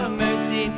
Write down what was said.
mercy